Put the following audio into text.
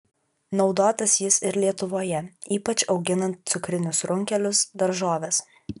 naudotas jis ir lietuvoje ypač auginant cukrinius runkelius daržoves